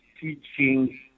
teaching